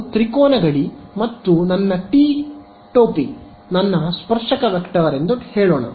ಇದು ತ್ರಿಕೋನ ಗಡಿ ಮತ್ತು ನನ್ನ ಟಿ ಟೋಪಿ ನನ್ನ ಸ್ಪರ್ಶಕ ವೆಕ್ಟರ್ ಎಂದು ಹೇಳೋಣ